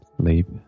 sleep